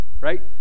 right